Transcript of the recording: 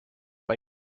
bei